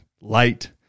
light